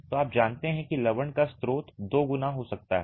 तो आप जानते हैं कि लवण का स्रोत दो गुना हो सकता है